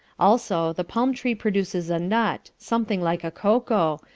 also the palm tree produces a nut, something like a cocoa,